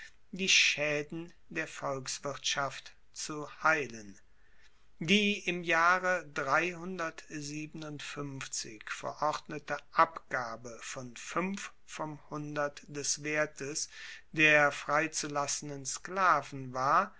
die schaeden der volkswirtschaft zu heilen die im jahre verordnete abgabe von fuenf vom hundert des wertes der freizulassenden sklaven war